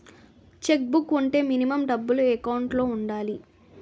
Check book వుంటే minimum డబ్బులు account లో ఉండాలి?